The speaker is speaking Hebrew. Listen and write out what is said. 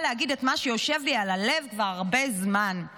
להגיד את מה שיושב לי על הלב כבר הרבה זמן,